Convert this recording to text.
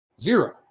zero